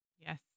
Yes